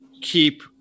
keep